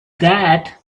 that